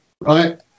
right